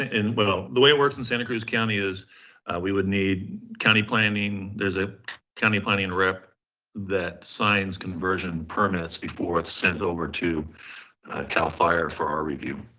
well, the way it works in santa cruz county is we would need county planning, there's a county planning and rep that signs conversion permits before it's sent over to cal fire for our review.